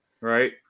right